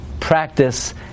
practice